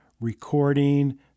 recording